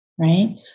right